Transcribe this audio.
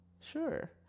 Sure